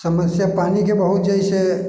समस्या पानि के बहुत जे छै